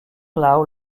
lao